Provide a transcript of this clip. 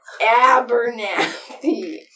Abernathy